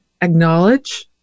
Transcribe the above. acknowledge